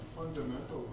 fundamental